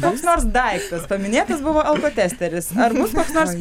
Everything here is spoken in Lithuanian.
koks nors daiktas paminėtas buvo alkotesteris ar bus koks nors